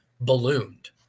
ballooned